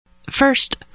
First